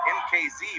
mkz